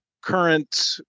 current